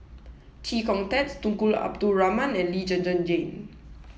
Chee Kong Tet Tunku Abdul Rahman and Lee Zhen Zhen Jane